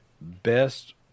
best